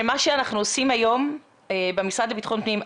שמה שאנחנו עושים היום במשרד לביטחון פנים,